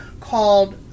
called